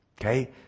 Okay